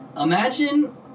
imagine